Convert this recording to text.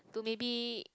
to maybe